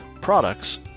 products